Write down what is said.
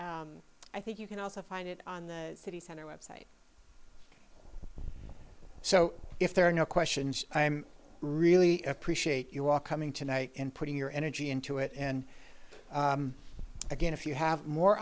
and i think you can also find it on the city center website so if there are no questions i'm really appreciate you all coming tonight and putting your energy into it and again if you have more